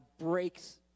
breaks